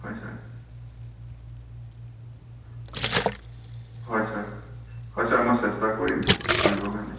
হয় ছাৰ হয় ছাৰ হয় ছাৰ মই চেষ্টা কৰিম কৰিব কাৰণে